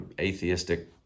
atheistic